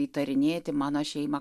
įtarinėti mano šeimą